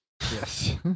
Yes